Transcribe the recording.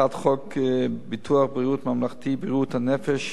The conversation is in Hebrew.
הצעת חוק ביטוח בריאות ממלכתי (בריאות הנפש),